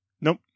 Nope